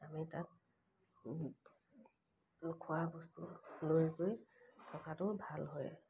আমি তাক খোৱা বস্তু লৈ গৈ থকাটো ভাল হয়